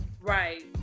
Right